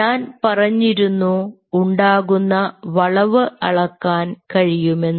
ഞാൻ പറഞ്ഞിരുന്നു ഉണ്ടാകുന്ന വളവ് അളക്കാൻ കഴിയുമെന്ന്